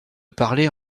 parler